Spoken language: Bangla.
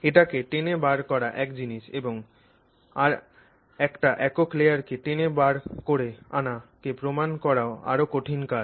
এটাকে টেনে বার করা এক জিনিস এবং আর একটা একক লেয়ার কে টেনে বার করে আনা কে প্রমান করা আরও কঠিন কাজ